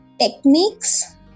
techniques